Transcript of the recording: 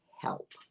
help